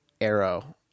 Arrow